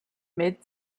mid